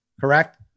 correct